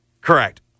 Correct